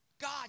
God